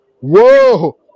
Whoa